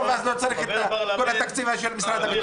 ואז לא צריך את כל התקציב הזה של משרד הביטחון.